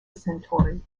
centauri